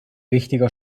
wichtiger